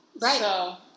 Right